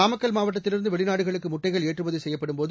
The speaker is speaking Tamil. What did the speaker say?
நாமக்கல் மாவட்டத்திலிருந்து வெளிநாடுகளுக்கு முட்டைகள்ஏற்றுமதி செய்யப்படும்போது